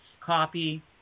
copy